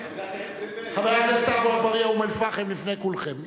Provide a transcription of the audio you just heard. חבר הכנסת עפו אגבאריה, אום-אל-פחם, לפני כולכם.